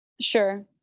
Sure